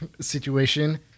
situation